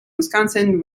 wisconsin